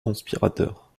conspirateurs